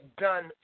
done